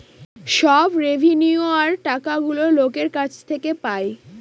সব রেভিন্যুয়র টাকাগুলো লোকের কাছ থেকে পায়